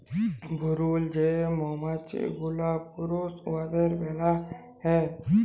ভুরুল যে মমাছি গুলা পুরুষ উয়াদেরকে ব্যলা হ্যয়